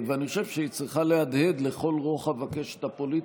ואני חושב שהיא צריכה להדהד לכל רוחב הקשת הפוליטית.